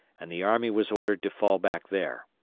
and the army was ordered to fall back there.